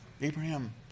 Abraham